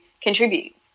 contribute